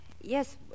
Yes